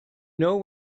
know